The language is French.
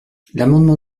l’amendement